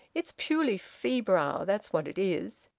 it's purely febrile, that's what it is.